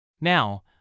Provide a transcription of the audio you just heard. Now